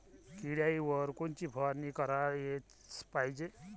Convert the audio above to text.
किड्याइवर कोनची फवारनी कराच पायजे?